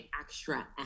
extra